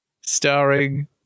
starring